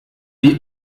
die